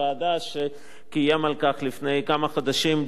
שקיים על כך לפני כמה חודשים דיון ראשון.